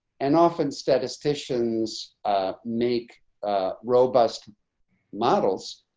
and often statisticians make robust models,